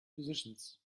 decisions